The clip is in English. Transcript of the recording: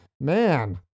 man